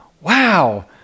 wow